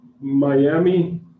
Miami